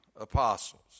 apostles